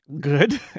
Good